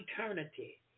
eternity